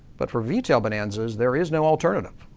but for v-tail bonanzas, there is no alternative.